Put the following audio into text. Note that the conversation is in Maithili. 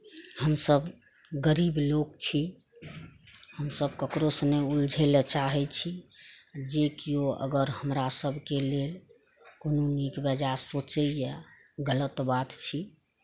हमसब गरीब लोक छी हमसब ककरो सँ नहि उलझै लऽ चाहै छी जे केओ अगर हमरा सबके लेल कोनो नीक बेजाय सोचैया गलत बात छी